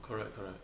correct correct